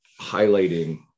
highlighting